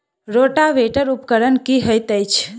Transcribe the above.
Rotavator उपकरण की हएत अछि?